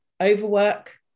overwork